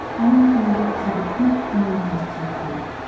alan saunders was a prince among broadcasters,